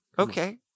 Okay